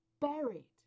buried